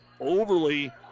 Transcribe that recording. overly